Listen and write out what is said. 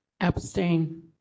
Abstain